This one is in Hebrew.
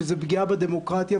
שזה פגיעה בדמוקרטיה.